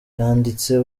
yanditse